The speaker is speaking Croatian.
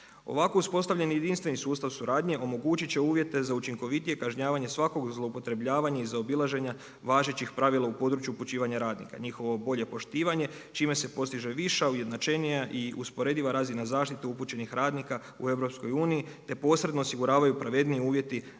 Ovako uspostavljeni jedinstveni sustav suradnje omogućit će uvjete za učinkovitije kažnjavanje svakog zloupotrebljavanja i zaobilaženja važećih pravila u području upućivanja radnika, njihovo bolje poštivanje čime se postiže viša, ujednačenija i usporediva razina zaštite upućenih radnika u EU te posredno osiguravaju pravedniji uvjeti